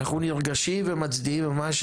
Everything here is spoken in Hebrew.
אנחנו נרגשים ומצדיעים ממש,